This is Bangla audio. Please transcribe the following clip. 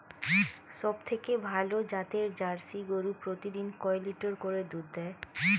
সবথেকে ভালো জাতের জার্সি গরু প্রতিদিন কয় লিটার করে দুধ দেয়?